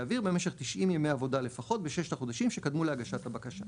אוויר במשך 90 ימי עבודה לפחות בששת החודשים שקדמו להגשת הבקשה."